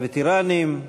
לווטרנים,